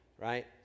right